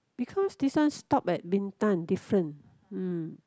because this one stop at Bintan different mm